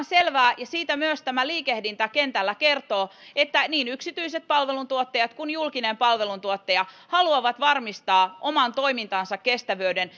selvää ja siitä myös tämä liikehdintä kentällä kertoo että niin yksityiset palveluntuottajat kuin julkinen palveluntuottaja haluavat varmistaa oman toimintansa kestävyyden